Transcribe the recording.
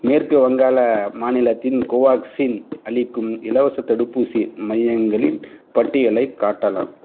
மேற்கு வங்காள மாநிலத்தின் கோவேக்சின் அளிக்கும் இலவசத் தடுப்பூசி மையங்களின் பட்டியலைக் காட்டலாம்